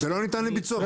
זה לא ניתן לביצוע.